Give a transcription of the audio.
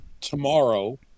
tomorrow